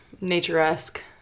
nature-esque